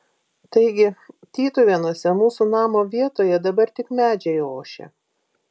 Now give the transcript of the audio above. taigi tytuvėnuose mūsų namo vietoje dabar tik medžiai ošia